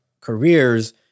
careers